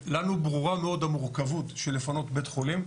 לנו ברורה מאוד המורכבות של לפנות בית חולים.